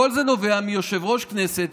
כל זה נובע מיושב-ראש כנסת,